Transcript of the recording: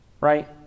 right